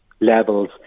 levels